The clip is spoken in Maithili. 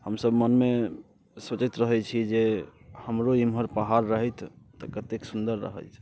हमसभ मनमे सोचैत रहैत छियै जे हमरो इमहर पहाड़ रहति तऽ कतेक सुन्दर रहति